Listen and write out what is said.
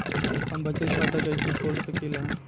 हम बचत खाता कईसे खोल सकिला?